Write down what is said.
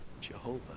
Jehovah